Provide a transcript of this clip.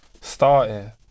Starting